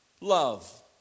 love